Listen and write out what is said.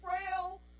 frail